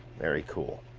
very cool.